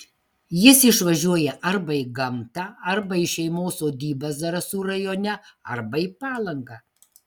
jis išvažiuoja arba į gamtą arba į šeimos sodybą zarasų rajone arba į palangą